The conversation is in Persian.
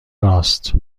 راست